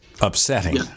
upsetting